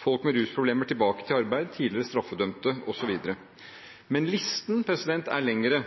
folk med rusproblemer tilbake til arbeid, tidligere straffedømte osv. Men listen er lengre,